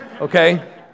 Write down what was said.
Okay